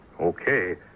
okay